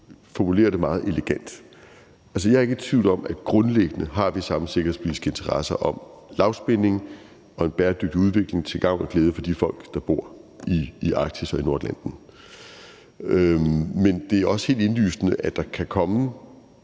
formulerer det meget elegant. Altså, jeg er ikke i tvivl om, at grundlæggende har vi samme sikkerhedspolitiske interesser om lavspænding og en bæredygtig udvikling til gavn og glæde for de folk, der bor i Arktis og i Nordatlanten. Men det er også helt indlysende, at der kan komme